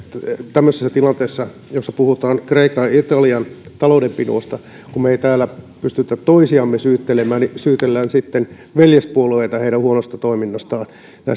tämmöisessä tilanteessa jossa puhutaan kreikan ja italian taloudenpidosta pysty täällä toisiamme syyttelemään syytellään sitten veljespuolueita heidän huonosta toiminnastaan